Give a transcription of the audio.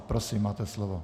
Prosím, máte slovo.